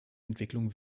entwicklung